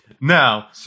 Now